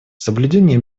соблюдение